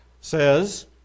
says